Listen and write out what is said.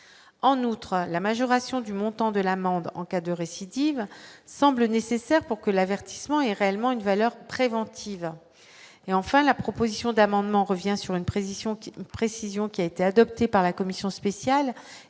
en outre, la majoration du montant de l'amende en cas de récidive semble nécessaire pour que l'avertissement est réellement une valeur préventive et enfin la proposition d'amendement revient sur une présient Sion qui, précision qui a été adopté par la commission spéciale